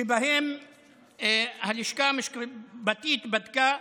שבהן הלשכה בדקה,